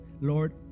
lord